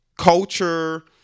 culture-